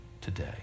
today